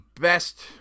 best